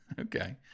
Okay